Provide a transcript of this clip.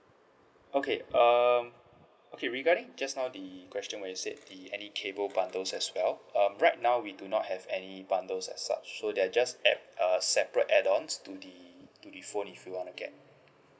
okay um okay regarding just now the question when you said the any cable bundles as well um right now we do not have any bundles as such so they're just add uh separate add ons to the to the phone if you want to get